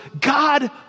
God